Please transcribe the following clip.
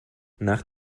nach